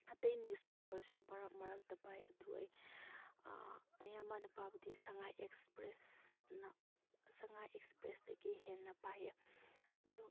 ꯑꯇꯩ ꯅ꯭ꯌꯨꯁ ꯄꯦꯄꯔꯁꯨ ꯃꯔꯛ ꯃꯔꯛꯇ ꯄꯥꯏ ꯑꯗꯨ ꯑꯩ ꯑꯌꯥꯝꯕꯅ ꯄꯥꯕꯗꯤ ꯁꯉꯥꯏ ꯑꯦꯛꯁꯄ꯭ꯔꯦꯁꯅ ꯁꯉꯥꯏ ꯑꯦꯛꯁꯄ꯭ꯔꯦꯁꯇꯒꯤ ꯍꯦꯟꯟ ꯄꯥꯏꯌꯦ ꯑꯗꯨ